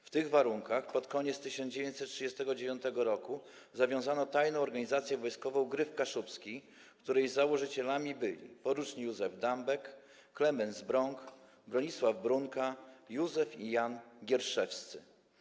W tych warunkach pod koniec 1939 r. zawiązano Tajną Organizację Wojskową „Gryf Kaszubski”, której założycielami byli por. Józef Dambek, Klemens Bronk, Bronisław Brunka, Józef i Jan Gierszewscy.